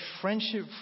friendship